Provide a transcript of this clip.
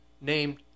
named